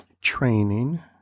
training